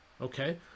Okay